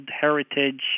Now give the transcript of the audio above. Heritage